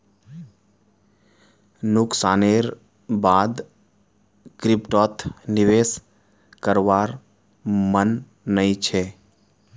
नुकसानेर बा द क्रिप्टोत निवेश करवार मन नइ छ